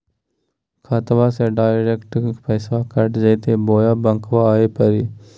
खाताबा से डायरेक्ट पैसबा कट जयते बोया बंकबा आए परी?